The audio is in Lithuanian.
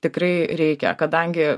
tikrai reikia kadangi